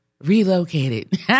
relocated